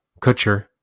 Kutcher